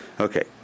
Okay